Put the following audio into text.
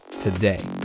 today